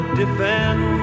defend